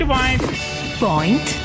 Point